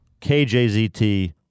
KJZT